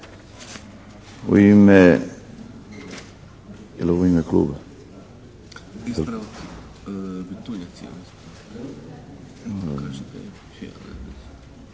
U ime kluba